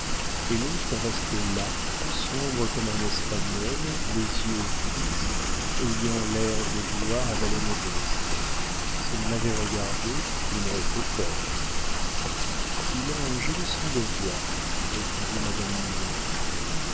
et l'autre restait là sombre comme un espagnol les yeux fixes ayant l'air de vouloir avaler modeste s'il m'avait regardée il m'aurait fait peur il a un joli son de voix répondit madame mignon